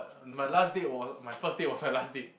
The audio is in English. my last date was my first date was the last date